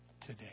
today